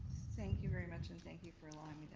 thank you very much and thank you for allowing